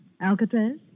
Alcatraz